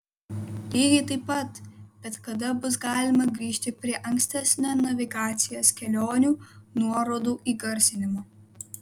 lygiai taip pat bet kada bus galima grįžti prie ankstesnio navigacijos kelionių nuorodų įgarsinimo